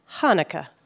Hanukkah